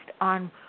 on